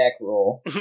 roll